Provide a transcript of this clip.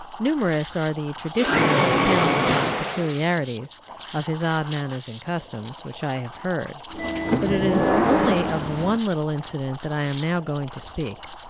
numerous are the traditionary accounts of his peculiarities of his odd manners and customs which i have heard but it is only of one little incident that i am now going to speak.